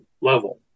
level